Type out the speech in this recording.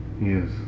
Yes